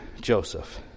Joseph